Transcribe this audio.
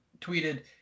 tweeted